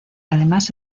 además